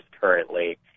currently